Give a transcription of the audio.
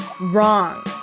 wrong